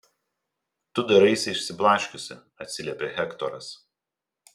tu daraisi išsiblaškiusi atsiliepia hektoras